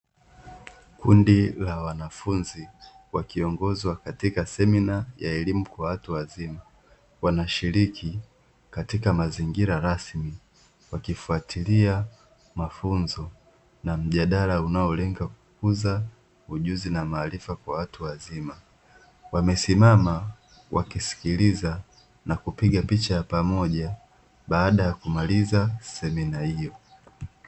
kundi la wanafunzi wakiongozwa katika semina ya elimu kwa watu wazima. Wanashiriki katika mazingira rasmi wakifuatilia mafunzo na mjadala unaolenga kukuza ujuzi na maarifa kwa watu wazima. Wamesimama wakisikiliza na kupiga picha ya pamoja baada ya kumaliza semina hiyo.